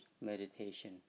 meditation